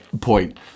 point